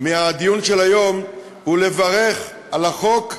מהדיון של היום הוא לברך על החוק,